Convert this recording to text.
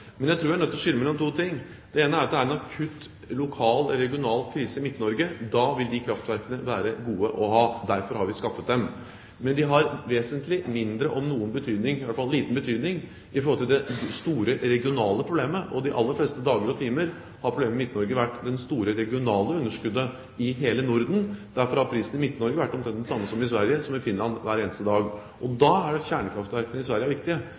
mellom to ting. Det ene er at ved en akutt, lokal, regional krise i Midt-Norge vil de kraftverkene være gode å ha. Derfor har vi skaffet dem. Men de har vesentlig mindre – om noen, i hvert fall liten – betydning for det store regionale problemet, og de aller fleste dager og timer har problemet i Midt-Norge vært det store regionale underskuddet i hele Norden. Derfor har prisen i Midt-Norge vært omtrent den samme som i Sverige og i Finland hver eneste dag. Da er det kjernekraftverkene i Sverige er viktige,